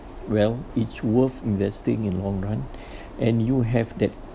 well it's worth investing in long run and you have that